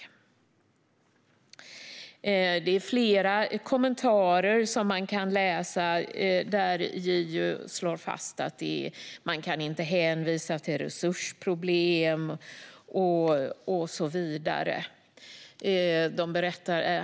Man kan läsa flera kommentarer där JO slår fast att man inte kan hänvisa till resursproblem och så vidare.